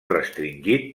restringit